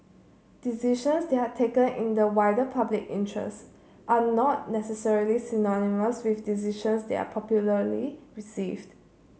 decisions that are taken in the wider public interest are not necessarily synonymous with decisions that are popularly received